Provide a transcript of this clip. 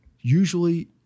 usually